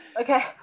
okay